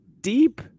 deep